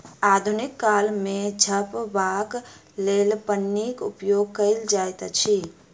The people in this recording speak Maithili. आधुनिक काल मे झपबाक लेल पन्नीक उपयोग कयल जाइत अछि